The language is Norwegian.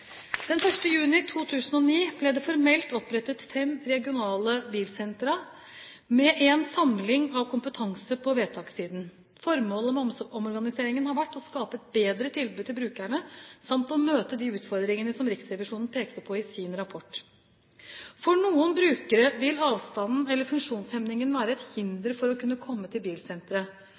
juni 2009 ble det formelt opprettet fem regionale bilsentra, med en samling av kompetansen på vedtakssiden. Formålet med omorganiseringen har vært å skape et bedre tilbud til brukerne samt å møte de utfordringene som Riksrevisjonen pekte på i sin rapport. For noen brukere vil avstanden, eller funksjonshemningen, være et hinder for å kunne komme til